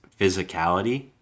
physicality